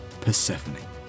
Persephone